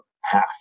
half